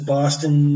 Boston